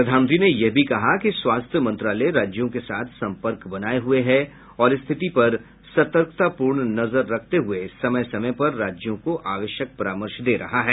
प्रधानमंत्री ने यह भी कहा कि स्वास्थ्य मंत्रालय राज्यों के साथ सम्पर्क बनाए हुए है और स्थितिपर सतर्कतापूर्ण नजर रखते हुए समय समय पर राज्यों को आवश्यक परामर्श दे रहा है